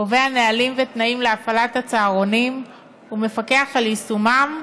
קובע נהלים ותנאים להפעלת הצהרונים ומפקח על יישומם,